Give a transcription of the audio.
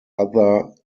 other